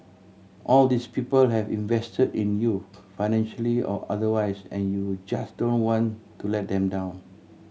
all these people have invested in you financially or otherwise and you just don't want to let them down